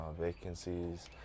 vacancies